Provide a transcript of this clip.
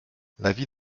l’avis